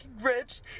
rich